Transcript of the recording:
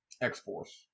X-Force